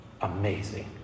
Amazing